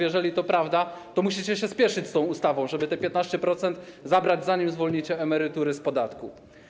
Jeżeli to prawda, to musicie się spieszyć z tą ustawą, żeby te 15% zabrać, zanim zwolnicie emerytury z podatku.